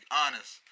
honest